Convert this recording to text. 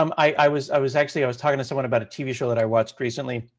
um i was i was actually, i was talking to someone about a tv show that i watched recently.